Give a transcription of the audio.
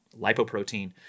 lipoprotein